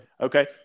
Okay